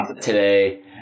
Today